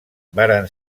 varen